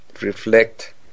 reflect